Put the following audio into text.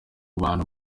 bantu